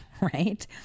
right